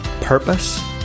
PURPOSE